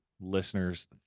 listeners